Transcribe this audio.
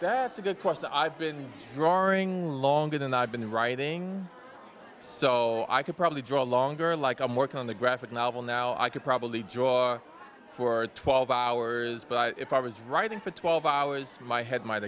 it's a good question i've been drawing room longer than i've been in writing so i could probably draw a longer like i'm working on the graphic novel now i could probably draw for twelve hours but if i was writing for twelve hours my head might